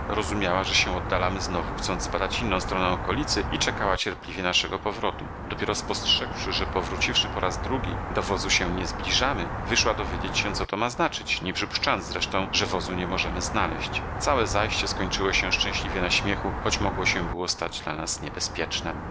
rozumiała że się oddalamy znowu chcąc zbadać inną stronę okolicy i czekała cierpliwie naszego powrotu dopiero spostrzegłszy że powróciwszy po raz drugi do wozu się nie zbliżamy wyszła dowiedzieć się co to ma znaczyć nie przypuszczając zresztą że wozu nie możemy znaleść cale zajście skończyło się szczęśliwie na śmiechu choć mogło się było stać dla nas niebczpiecznem